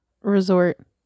resort